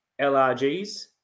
LRGs